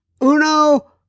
Uno